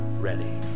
ready